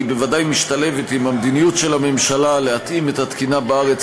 היא בוודאי משתלבת במדיניות של הממשלה להתאים את התקינה בארץ